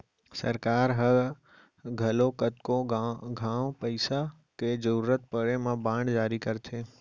सरकार ह घलौ कतको घांव पइसा के जरूरत परे म बांड जारी करथे